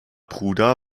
bruder